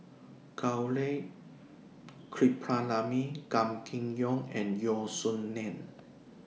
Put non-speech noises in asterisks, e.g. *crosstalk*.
Gaurav *unintelligible* Gan Kim Yong and Yeo Song Nian